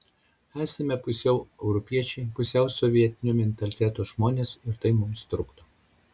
esame pusiau europiečiai pusiau sovietinio mentaliteto žmonės ir tai mums trukdo